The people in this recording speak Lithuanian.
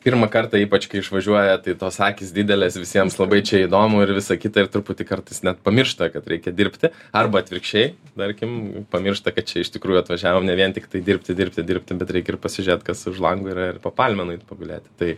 pirmą kartą ypač kai išvažiuoja tai tos akys didelės visiems labai čia įdomu ir visa kita ir truputį kartais net pamiršta kad reikia dirbti arba atvirkščiai tarkim pamiršta kad čia iš tikrųjų atvažiavom ne vien tiktai dirbti dirbti dirbti bet reikia ir pasižiūrėt kas už lango yra ir po palme nueit pagulėti tai